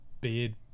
beard